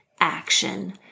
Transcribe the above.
action